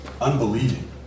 unbelieving